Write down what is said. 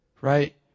Right